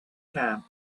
camp